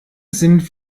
sind